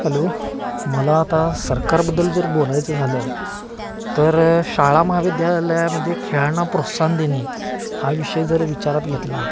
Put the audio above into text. hello मला आता सरकारबद्दल जर बोलायचं झालं तर शाळा महाविद्यालयामध्ये खेळांना प्रोत्साहन देणे हा विषय जर विचारात घेतला